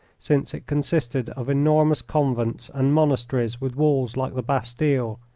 since it consisted of enormous convents and monasteries with walls like the bastille,